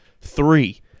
three